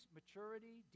maturity